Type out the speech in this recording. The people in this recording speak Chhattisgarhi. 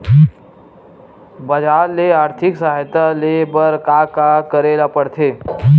बजार ले आर्थिक सहायता ले बर का का करे ल पड़थे?